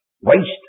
waste